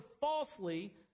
falsely